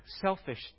selfish